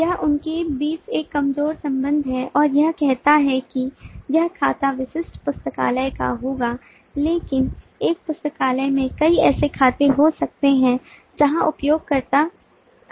यह उनके बीच एक कमजोर संबंध है और यह कहता है कि यह खाता विशिष्ट पुस्तकालय का होगा लेकिन एक पुस्तकालय में कई ऐसे खाते हो सकते हैं जहां उपयोगकर्ता आ रहे हैं